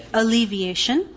alleviation